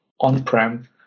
on-prem